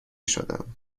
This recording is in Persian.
شدم